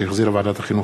שהחזירה ועדת החינוך,